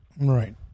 right